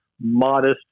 modest